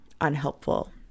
unhelpful